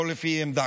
הכול לפי עמדה,